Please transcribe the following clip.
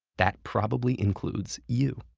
that probably includes you.